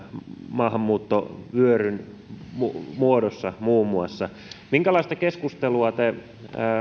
maahanmuuttovyöryn muodossa muun muassa minkälaista keskustelua te